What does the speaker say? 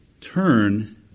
turn